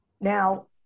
now